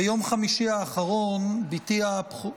ביום חמישי האחרון בתי הבכורה,